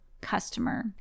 customer